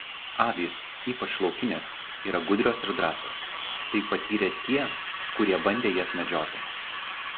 avys ypač laukinės yra gudrios ir drąsios tai patyrė tie kurie bandė jas medžioti